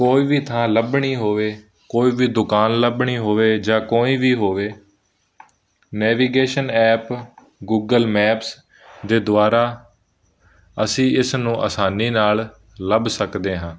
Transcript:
ਕੋਈ ਵੀ ਥਾਂ ਲੱਭਣੀ ਹੋਵੇ ਕੋਈ ਵੀ ਦੁਕਾਨ ਲੱਭਣੀ ਹੋਵੇ ਜਾਂ ਕੋਈ ਵੀ ਹੋਵੇ ਨੈਵੀਗੇਸ਼ਨ ਐਪ ਗੂਗਲ ਮੈਪਸ ਦੇ ਦੁਆਰਾ ਅਸੀਂ ਇਸ ਨੂੰ ਆਸਾਨੀ ਨਾਲ ਲੱਭ ਸਕਦੇ ਹਾਂ